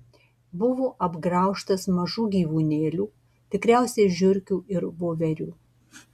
buvo apgraužtas mažų gyvūnėlių tikriausiai žiurkių ir voverių